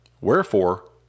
wherefore